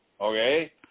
Okay